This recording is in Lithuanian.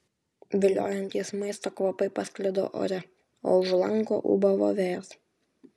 viliojantys maisto kvapai pasklido ore o už lango ūbavo vėjas